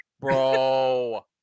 Bro